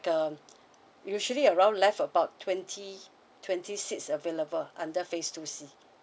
um usually around left about twenty twenty seats available under phase two C